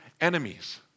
enemies